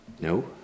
no